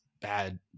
bad